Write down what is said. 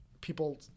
people